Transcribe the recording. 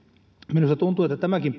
minusta tuntuu että tämäkin